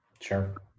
Sure